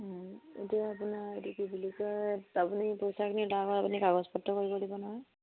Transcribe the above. এতিয়া আপোনাৰ এইটো কি বুলি কয় আপুনি পইচাখিনি তাৰপৰা আপুনি কাগজ পত্ৰ কৰিব লাগিব নহয়